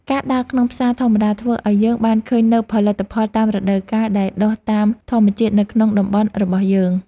ការដើរក្នុងផ្សារធម្មតាធ្វើឱ្យយើងបានឃើញនូវផលិតផលតាមរដូវកាលដែលដុះតាមធម្មជាតិនៅក្នុងតំបន់របស់យើង។